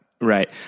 Right